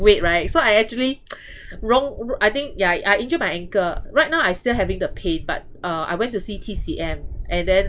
weight right so I actually wrong I think ya I injured my ankle right now I still having the pain but uh I went to see T_C_M and then